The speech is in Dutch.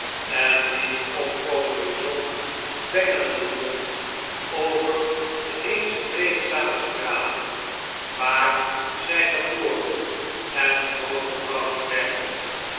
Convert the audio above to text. en die de opkomende zon bengelende vond over de eens vreedzame straten waar zg geboren en grootgebracht werden